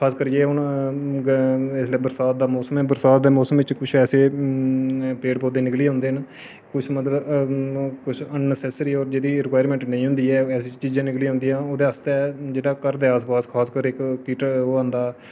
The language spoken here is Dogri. खास करियै हून इसलै बरसांत दा मोसम ऐ बरसांत दे मौसम च कुछ ऐसे पेड़ पौधे निकली औंदे न कुछ मतलब कुछ मतलब अननसैसरी होर जिंदी रिकवाईरमैंट्ट निं होंदी ऐ ऐसी चीजां निकली औंदियां ओह्दे आस्तै जेह्ड़ा घर दा आसपास खासकर इक जेह्ड़ा ओह् आंदा